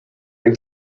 ein